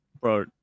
Bro